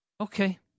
Okay